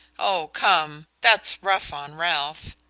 oh, come that's rough on ralph!